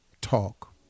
talk